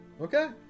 okay